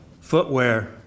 footwear